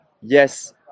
yes